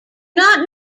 not